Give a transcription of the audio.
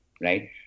right